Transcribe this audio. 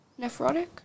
Nephrotic